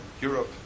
Europe